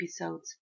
episodes